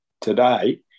Today